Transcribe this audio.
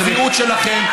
ובצביעות שלכם,